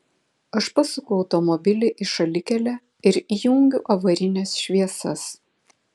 aš pasuku automobilį į šalikelę ir įjungiu avarines šviesas